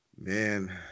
Man